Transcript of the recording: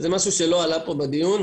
זה משהו שלא עלה פה בדיון,